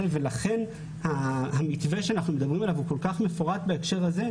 ולכן המתווה שאנחנו מדברים עליו הוא כל כך מפורט בהקשר הזה,